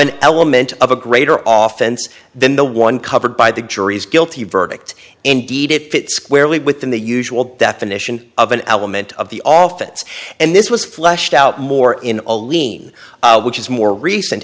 an element of a greater often than the one covered by the jury's guilty verdict indeed it squarely within the usual definition of an element of the office and this was fleshed out more in a lean which is more recent